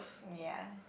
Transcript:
ya